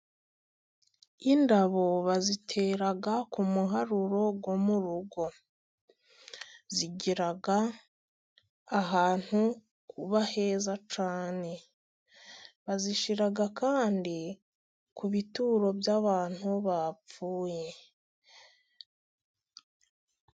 Indabo bazitera ku muharuro wo mu rugo, zigira ahantu uba heza cyane ,bazishyira kandi ku bituro by'abantu bapfuye.